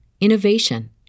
innovation